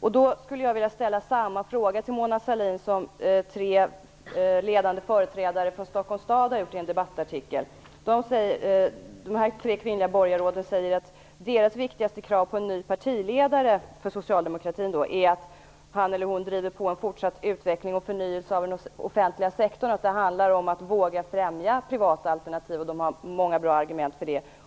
Jag skulle vilja ställa samma fråga till Mona Sahlin som tre ledande företrädare för Stockholms stad har gjort i en debattartikel. De tre kvinnliga borgarråden säger att deras viktigaste krav på en ny partiledare för socialdemokratin är att han eller hon driver på en fortsatt utveckling och förnyelse av den offentliga sektorn. Det handlar om att våga främja privata alternativ. De har många bra argument för detta.